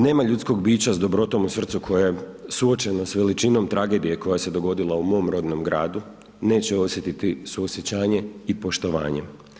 Nema ljudskog bića sa dobrotom u srcu koja je suočena sa veličinom tragedije koja se dogodila u mom rodnom gradu neće osjetiti suosjećanje i poštovanje.